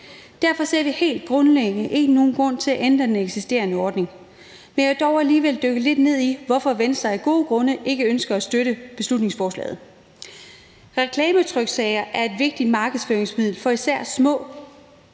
Derfor ser vi helt grundlæggende ikke nogen grund til at ændre den eksisterende ordning. Men jeg vil dog alligevel dykke lidt ned i, hvorfor Venstre af gode grunde ikke ønsker at støtte beslutningsforslaget. Reklametryksager er et vigtigt markedsføringsmiddel for især små